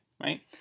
right